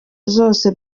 zose